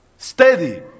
steady